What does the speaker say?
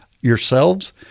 yourselves